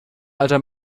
alter